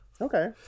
okay